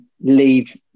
leave